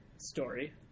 story